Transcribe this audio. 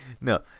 No